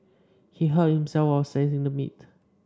he hurt himself while slicing the meat